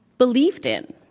believed in.